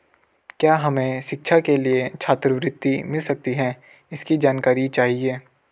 क्या हमें शिक्षा के लिए छात्रवृत्ति मिल सकती है इसकी जानकारी चाहिए?